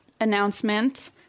announcement